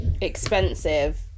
Expensive